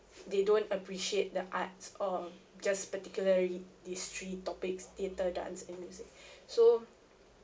they don't appreciate the arts or just particularly these three topics theatre dance and music so